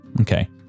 Okay